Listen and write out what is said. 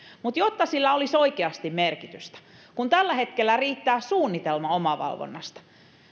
mutta sillä olisi oltava oikeasti merkitystä kun tällä hetkellä riittää suunnitelma omavalvonnasta